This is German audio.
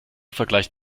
vergleicht